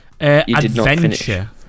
adventure